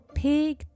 pig